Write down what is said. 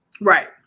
Right